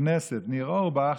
הכנסת ניר אורבך